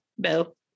Bill